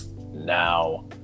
now